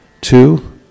Two